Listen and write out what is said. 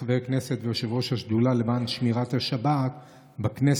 כחבר כנסת גם כיושב-ראש השדולה למען שמירת השבת בכנסת,